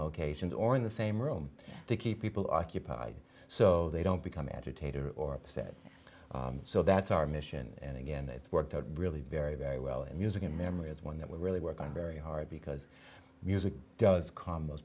locations or in the same room to keep people occupied so they don't become agitated or upset so that's our mission and again it's worked out really very very well in music and memory is one that we really work on very hard because music does camos